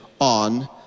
on